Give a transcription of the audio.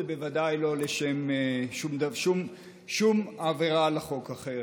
ובוודאי לא לשם שום עבירה אחרת על החוק.